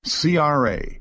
CRA